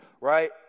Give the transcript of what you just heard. right